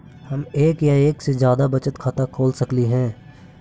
हम एक या एक से जादा बचत खाता खोल सकली हे?